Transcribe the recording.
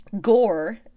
gore